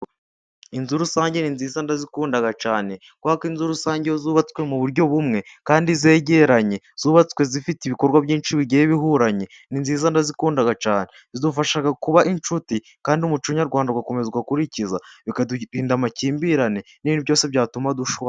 Inzu rusange ni nziza ndazikunda cyane, kubera ko inzu rusange iyo zubatswe mu buryo bumwe kandi zegeranye, zubatswe zifite ibikorwa byinshi bigiye bihuye ni nziza ndazikunda cyane, zidufasha kuba inshuti kandi umuco nyarwanda ugakomeza ugakurikuzwa, bikaturinda amakimbirane n'ibindi byose byatuma dushwana.